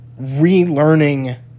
relearning